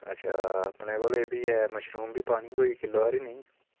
अच्छा अपने कोल इब्बी ऐ मशरूम बी पानी कोई किल्लो हारी नेईं